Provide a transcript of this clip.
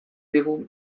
digu